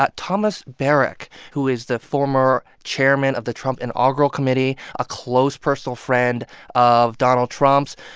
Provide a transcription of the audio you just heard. but thomas barrack, who is the former chairman of the trump inaugural committee, a close personal friend of donald trump's,